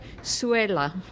Suela